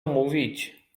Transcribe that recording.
mówić